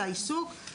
לעיסוק.